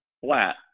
flat